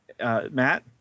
Matt